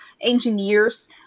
engineers